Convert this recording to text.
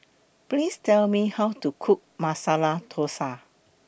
Please Tell Me How to Cook Masala Thosai